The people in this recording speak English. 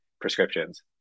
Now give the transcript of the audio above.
prescriptions